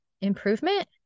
improvement